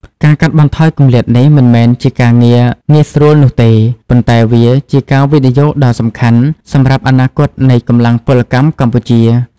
ការកាត់បន្ថយគម្លាតនេះមិនមែនជាការងារងាយស្រួលនោះទេ ប៉ុន្តែវាជាការវិនិយោគដ៏សំខាន់សម្រាប់អនាគតនៃកម្លាំងពលកម្មកម្ពុជា។